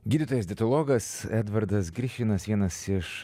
gydytojas dietologas edvardas grišinas vienas iš